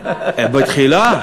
בתחילה.